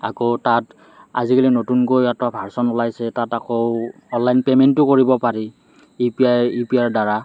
আকৌ তাত আজিকালি নতুনকৈ এটা ভাৰছন ওলাইছে তাত আকৌ অনলাইন পেমেণ্টো কৰিব পাৰি U P I U P আইৰ দ্বাৰা